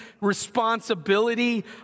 responsibility